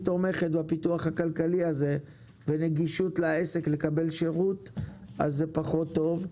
תומכת בפיתוח הכלכלי הזה ונגישות לעסק לקבל שירות אז זה פחות טוב.